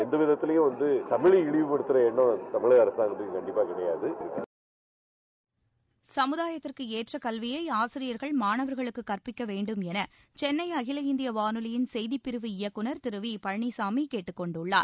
தமிழ்மொழியை இழிவுப்படுத்தும் எண்ணம் தமிழக அரசிற்கு கிடையாது சமுதாயத்திற்கு ஏற்ற கல்வியை ஆசிரியர்கள் மாணவர்களுக்கு கற்பிக்க வேண்டும் என சென்னை அகில இந்திய வானொலியின் செய்திப்பிரிவு இயக்குநர் திரு விப்ழளிச்சாமி கேட்டுக் கொண்டுள்ளார்